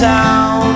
Town